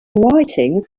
writing